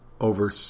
over